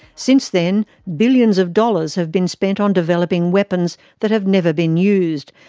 since then, billions of dollars have been spent on developing weapons that have never been used,